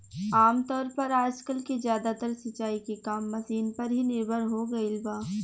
आमतौर पर आजकल के ज्यादातर सिंचाई के काम मशीन पर ही निर्भर हो गईल बा